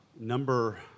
Number